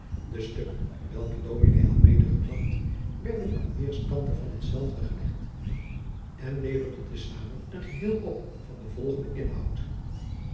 de stukken welke dominé had medegebracht werden aan weêrskanten van hetzelve gelegd en leverden te samen een geheel op van den volgenden inhoud